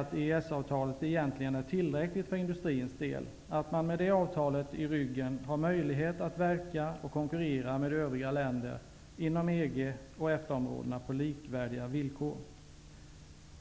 att EES-avtalet egentligen är tillräckligt för industrins del. Med det avtalet i ryggen har man möjlighet att verka och konkurrera med övriga länder inom EG och EFTA-områdena på likvärdiga villkor.